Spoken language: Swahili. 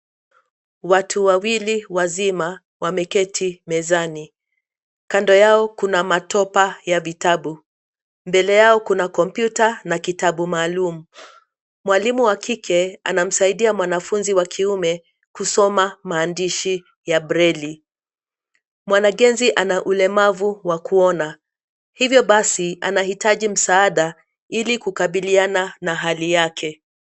Watu wawili wazima, wameketi mezani. Kando yao kuna matopa ya vitabu. Mbele yao kuna kompyuta na kitabu maalum. Mwalimu wa kike, anamsaidia mwanafunzi wa kiume kusoma maandishi ya breli. Mwanagenzi ana ulemavu wa kuona, hivyo basi anahitaji msaada, ili kukabiliana na hali yake.